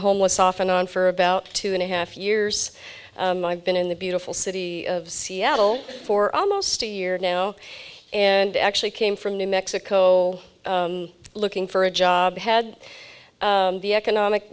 homeless off and on for about two and a half years i've been in the beautiful city of seattle for almost a year now and actually came from new mexico looking for a job had the economic